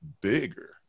bigger